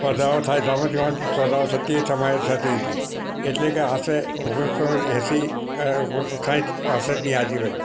સ્પર્ધાઓ થાય રમતગમત સ્પર્ધા થતી હતી એ સમયે થતી હતી એટલે કે આશરે ઓગણીસસો એંશી ઓગણીસસો સાંઠ પાંસઠની આજુબાજુ